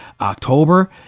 October